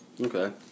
Okay